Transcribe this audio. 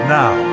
now